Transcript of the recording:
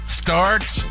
starts